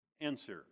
answer